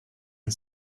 had